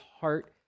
heart